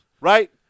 Right